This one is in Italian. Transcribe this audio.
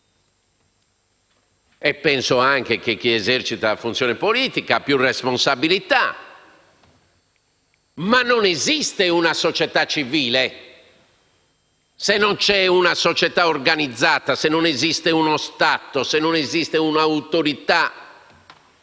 E penso anche che chi esercita la funzione politica abbia più responsabilità. Ma non esiste una società civile, se non c'è una società organizzata, se non esiste uno Stato, se non esiste un'autorità